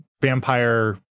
vampire